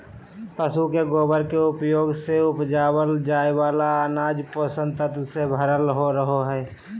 पशु के गोबर के उपयोग से उपजावल जाय वाला अनाज पोषक तत्वों से भरल रहो हय